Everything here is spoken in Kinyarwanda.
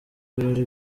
ibirori